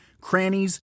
crannies